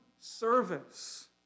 service